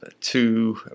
Two